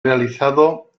realizado